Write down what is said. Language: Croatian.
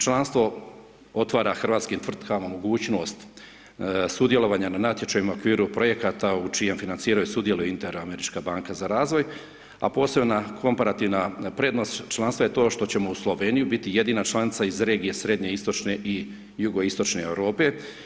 Članstvo otvara hrvatskim tvrtkama mogućnost sudjelovanja na natječajima u okviru projekata u čijem financiranju sudjeluje Inter-Američka banka za razvoj, a posebna komparativna prednost članstva je to što ćemo uz Sloveniju biti jedina članica iz regije srednje, istočne i jugoistočne Europe.